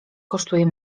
kosztuje